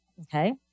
okay